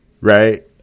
right